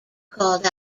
called